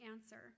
answer